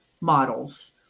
models